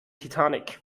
titanic